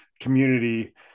community